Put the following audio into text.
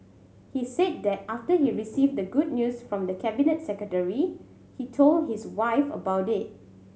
he said that after he received the good news from the Cabinet Secretary he told his wife about it